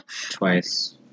Twice